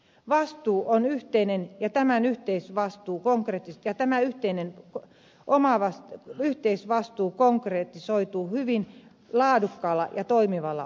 vastuu on yhteinen ja tämä yhteisvastuu konkretisoituu hyvin laadukkaalla ja toimivalla omaishoidolla